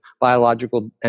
Biological